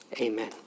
amen